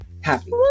happy